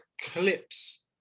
clips